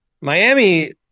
Miami